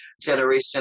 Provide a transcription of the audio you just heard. generation